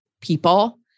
people